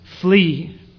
flee